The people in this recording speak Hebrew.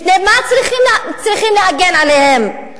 מפני מה צריכים להגן עליהם?